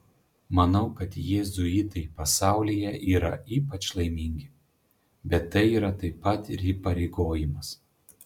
manau kad jėzuitai pasaulyje yra ypač laimingi bet tai yra taip pat ir įpareigojimas